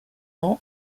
rend